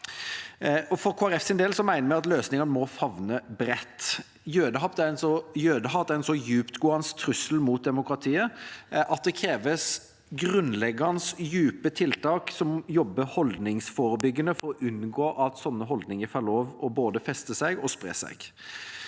Folkepartis del mener vi at løsningen må favne bredt. Jødehat er en så dyptgående trussel mot demokratiet at det kreves grunnleggende, dype tiltak som jobber holdningsforebyggende, for å unngå at slike holdninger får lov til å både feste seg og spre seg.